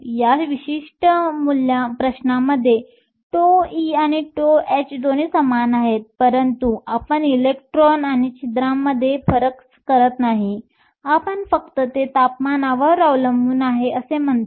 या विशिष्ट प्रश्नामध्ये τe आणि τh दोन्ही समान आहेत कारण आपण इलेक्ट्रॉन आणि छिद्रांमध्ये फरक करत नाही आपण फक्त ते तापमानावर अवलंबून आहे असे म्हणतो